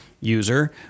user